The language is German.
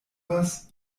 was